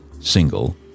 single